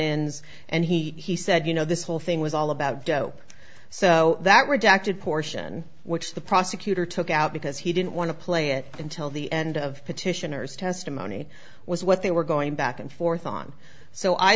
ins and he said you know this whole thing was all about dope so that redacted portion which the prosecutor took out because he didn't want to play it until the end of petitioners testimony was what they were going back and forth on so i